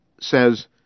says